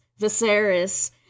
Viserys-